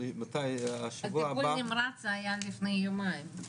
טיפול נמרץ, זה היה לפני יומיים.